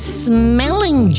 smelling